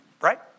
right